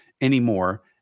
anymore